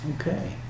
Okay